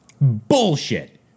bullshit